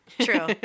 true